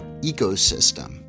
ecosystem